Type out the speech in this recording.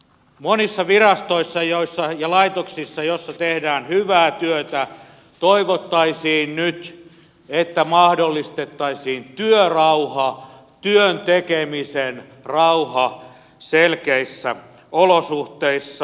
monissa virastoissa ja laitoksissa joissa tehdään hyvää työtä toivottaisiin nyt että mahdollistettaisiin työrauha työn tekemisen rauha selkeissä olosuhteissa